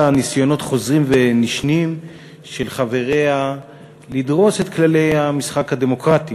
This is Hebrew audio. ניסיונות חוזרים ונשנים של חבריה לדרוס את כללי המשחק הדמוקרטי.